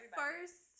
first